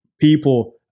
people